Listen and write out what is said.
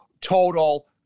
total